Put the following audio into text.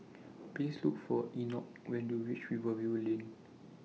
Please Look For Enoch when YOU REACH Rivervale Lane